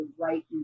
right